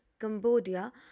Cambodia